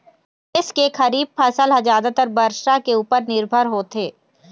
देश के खरीफ फसल ह जादातर बरसा के उपर निरभर होथे